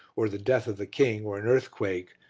or the death of the king or an earthquake,